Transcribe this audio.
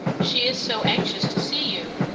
she is so anxious to see you?